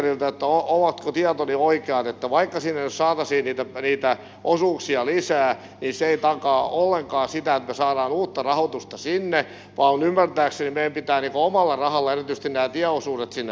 ovatko ne tietoni oikeat että vaikka sinne nyt saataisiin niitä osuuksia lisää niin se ei takaa ollenkaan sitä että me saamme uutta rahoitusta sinne vaan ymmärtääkseni meidän pitää omalla rahalla erityisesti nämä tieosuudet sinne rahoittaa